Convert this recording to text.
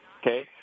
okay